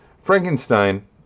Frankenstein